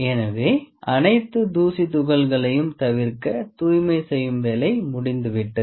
எனவே அனைத்து தூசி துகள்களையும் தவிர்க்க தூய்மை செய்யும் வேலை முடிந்துவிட்டது